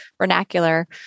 vernacular